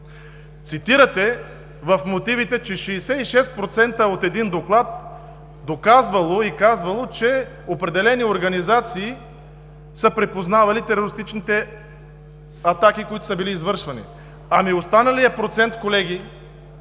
мотивите цитирате, че 66% от един доклад се доказвало и казвало, че определени организации са припознавали терористичните атаки, които са били извършвани. Колеги, къде е останалият процент? Ще